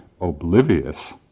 oblivious